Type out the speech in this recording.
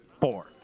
Four